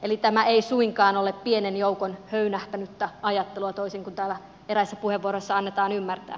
eli tämä ei suinkaan ole pienen joukon höynähtänyttä ajattelua toisin kuin täällä eräissä puheenvuoroissa annetaan ymmärtää